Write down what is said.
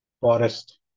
Forest